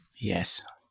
yes